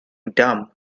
dumb